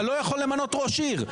אתה לא יכול למנות ראש עיר.